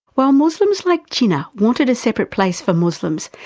while muslims like jinnah wanted a separate place for muslims,